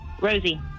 Rosie